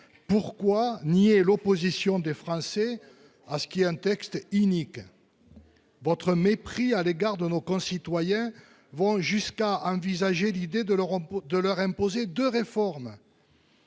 Pourquoi nier l'opposition des Français à ce qui est un texte inique. Votre mépris à l'égard de nos concitoyens vont jusqu'à envisager l'idée de l'Europe de leur imposer de réforme.